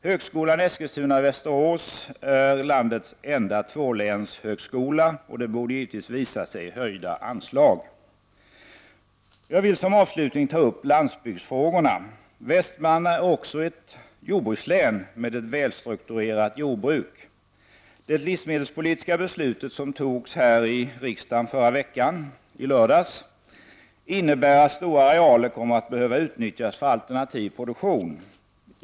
Högskolan Eskilstuna-Västerås är landets enda ”tvålänshögskola”, och det borde givetvis visa sig i höjda anslag. Jag vill som avslutning ta upp landsbygdsfrågorna. Västmanland är också ett jordbrukslän med ett välstrukturerat jordbruk. Det livsmedelspolitiska beslut som fattades här i riksdagen förra veckan i lördags, innebär att stora arealer kommer att behöva utnyttjas för alternativ produktion.